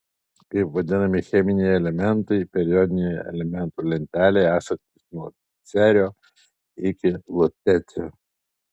kaip vadinami cheminiai elementai periodinėje elementų lentelėje esantys nuo cerio iki lutecio